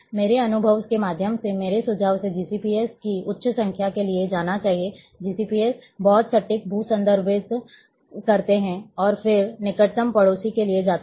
मेरे अनुभव के माध्यम से मेरे सुझाव से GCPS की उच्च संख्या के लिए जाना चाहिए GCPS बहुत सटीक भू संदर्भित करते हैं और फिर निकटतम पड़ोसी के लिए जाते हैं